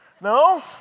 no